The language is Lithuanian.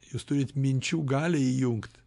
jūs turit minčių galią įjungt